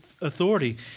authority